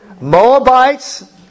Moabites